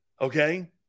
Okay